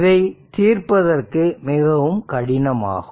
இவை தீர்ப்பதற்கு மிகவும் கடினமானது